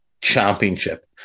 championship